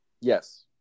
Yes